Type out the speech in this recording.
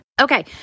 Okay